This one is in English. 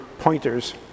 pointers